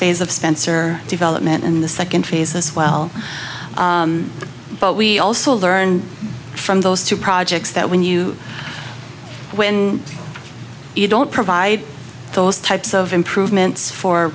phase of spencer development in the second phase as well but we also learned from those two projects that when you when you don't provide those types of improvements for